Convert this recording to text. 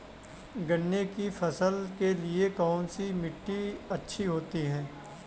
गन्ने की फसल के लिए कौनसी मिट्टी अच्छी होती है?